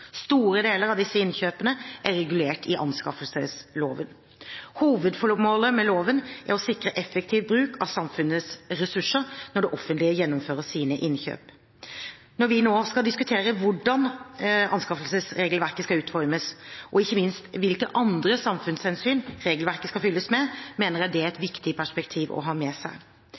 Store deler av disse innkjøpene er regulert av anskaffelsesloven. Hovedformålet med loven er å sikre effektiv bruk av samfunnets ressurser når det offentlige gjennomfører sine innkjøp. Når vi nå skal diskutere hvordan anskaffelsesregelverket skal utformes, og ikke minst hvilke andre samfunnshensyn regelverket skal fylles med, mener jeg det er et viktig perspektiv å ha med seg.